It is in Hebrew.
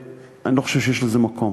אני לא חושב שיש לזה מקום.